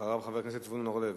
אחריו, חבר הכנסת זבולון אורלב.